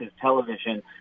television